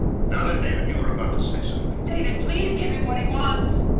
now then, david, you were about to say something. david, please give him what he wants!